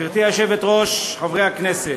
גברתי היושבת-ראש, חברי הכנסת,